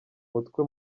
mutwe